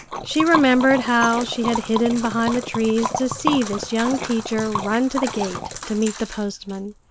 she remembered how she had hidden behind the trees to see this young teacher run to the gate to meet the postman,